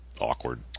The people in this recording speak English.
awkward